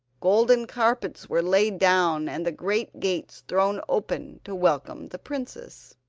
golden carpets were laid down and the great gates thrown open to welcome the princess.